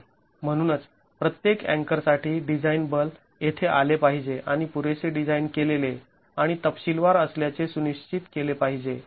म्हणूनच प्रत्येक अँकर साठी डिझाईन बल येथे आले पाहिजे आणि पुरेसे डिझाईन केलेले आणि तपशीलवार असल्याचे सुनिश्चित केले पाहिजे